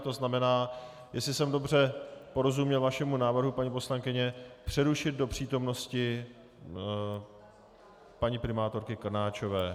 To znamená, jestli jsem dobře porozuměl vašemu návrhu, paní poslankyně, přerušit do přítomnosti paní primátorky Krnáčové.